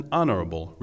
honorable